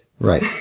Right